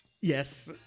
Yes